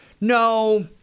no